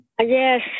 Yes